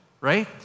right